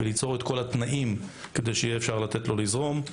ליצור את כל התנאים כדי שאפשר יהיה לתת לו לזרום,